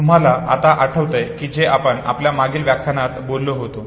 तुम्हाला आता आठवतंय जे आपण आपल्या मागील व्याख्यानात बोललो होतो